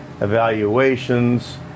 evaluations